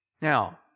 Now